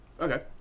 Okay